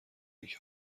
اینکه